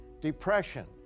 Depression